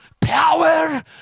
power